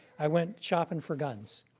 i went shopping for guns.